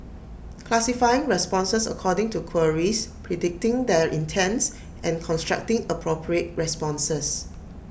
classifying responses according to queries predicting their intents and constructing appropriate responses